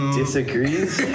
disagrees